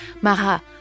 Marat